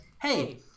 hey